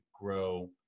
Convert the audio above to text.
grow